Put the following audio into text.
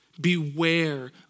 Beware